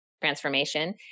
transformation